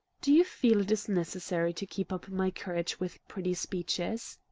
do you feel it is necessary to keep up my courage with pretty speeches?